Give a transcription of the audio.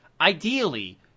Ideally